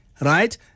right